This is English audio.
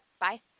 Bye